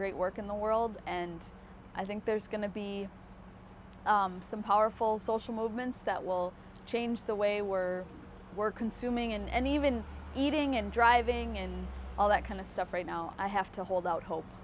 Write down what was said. great work in the world and i think there's going to be some powerful social movements that will change the way we're work consuming and even eating and driving and all that kind of stuff right now i have to hold out hope